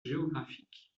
géographiques